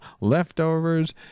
leftovers